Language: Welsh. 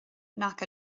nac